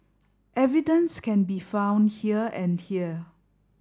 evidence can be found here and here